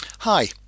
Hi